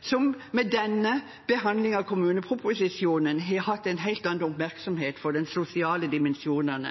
som i denne behandlingen av kommuneproposisjonen har hatt en helt annen oppmerksomhet på den sosiale dimensjonen